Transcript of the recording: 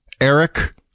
Eric